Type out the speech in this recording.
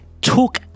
took